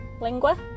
Lingua